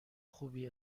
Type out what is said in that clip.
خوبی